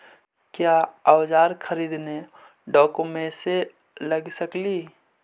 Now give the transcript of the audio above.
क्या ओजार खरीदने ड़ाओकमेसे लगे सकेली?